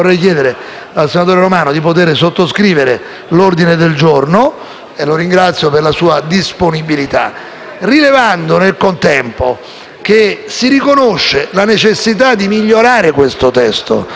Io lo ringrazio per la sua disponibilità rilevando, nel contempo, che qui si riconosce la necessità di migliorare questo testo e che accettare la conversione in ordine del giorno del suo emendamento è un atto di buona volontà